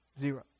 Zero